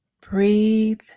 Breathe